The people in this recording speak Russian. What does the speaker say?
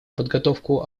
подготовку